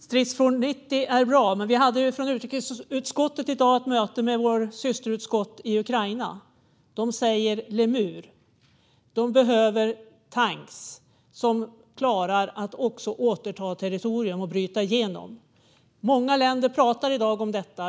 Herr talman! Stridsfordon 90 är bra, men vi hade i utrikesutskottet i dag ett möte med vårt systerutskott i Ukraina, och de säger Lemur. De behöver tanks som klarar att också återta territorium och bryta igenom. Många länder pratar i dag om detta.